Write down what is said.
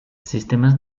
sistemas